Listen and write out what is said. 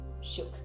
shook